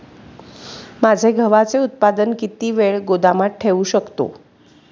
माझे गव्हाचे उत्पादन किती वेळ गोदामात ठेवू शकतो?